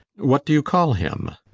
what doe you call him?